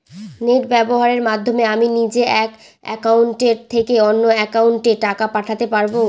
Net ব্যবহারের মাধ্যমে আমি নিজে এক অ্যাকাউন্টের থেকে অন্য অ্যাকাউন্টে টাকা পাঠাতে পারব?